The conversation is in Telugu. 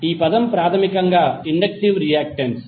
ఈ పదం ప్రాథమికంగా ఇండక్టివ్ రియాక్టెన్స్